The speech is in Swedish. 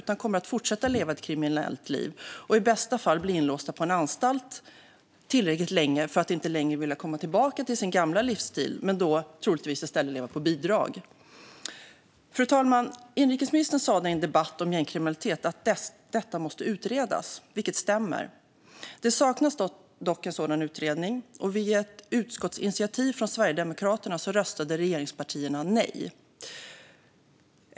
De kommer att fortsätta leva ett kriminellt liv och i bästa fall bli inlåsta på en anstalt tillräckligt länge för att inte längre vilja komma tillbaka till sin gamla livsstil. Men då kommer de troligtvis i stället att leva på bidrag. Fru talman! Inrikesministern sa i en debatt om gängkriminalitet att den måste utredas, vilket stämmer. Det saknas dock en sådan utredning. Via ett utskottsinitiativ från Sverigedemokraterna röstade regeringspartierna nej.